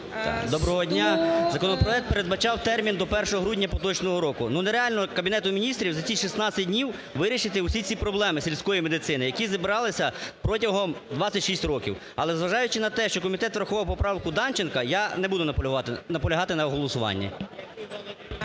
Доброго дня! Закон передбачав термін до 1 грудня поточного року, ну, нереально Кабінету Міністрів за ці 16 днів вирішити усі ці проблеми сільської медицини, які зібралися протягом 26 років. Але, зважаючи на те, що комітет врахував поправку Данченка, я не буду наполягати на голосуванні.